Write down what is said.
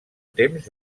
temps